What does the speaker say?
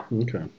Okay